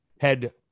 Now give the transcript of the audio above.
head